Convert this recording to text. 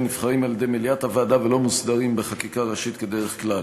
נבחרים על-ידי מליאת הוועדה ולא מוסדרים בחקיקה ראשית כדרך כלל.